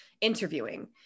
interviewing